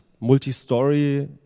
multi-story